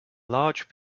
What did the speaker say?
large